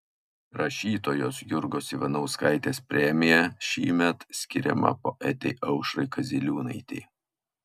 rašytojos jurgos ivanauskaitės premija šįmet skiriama poetei aušrai kaziliūnaitei